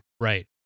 right